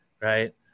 right